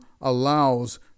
allows